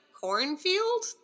cornfield